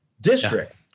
district